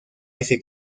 ese